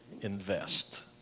invest